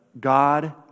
God